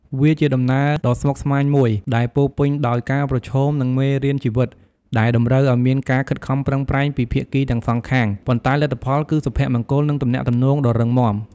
វាជាដំណើរដ៏ស្មុគស្មាញមួយ ដែលពោរពេញដោយការប្រឈម និងមេរៀនជីវិត ដែលតម្រូវឱ្យមានការខិតខំប្រឹងប្រែងពីភាគីទាំងសងខាង ប៉ុន្តែលទ្ធផលគឺសុភមង្គល និងទំនាក់ទំនងដ៏រឹងមាំ។